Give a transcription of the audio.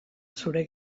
zure